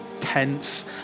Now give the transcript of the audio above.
tense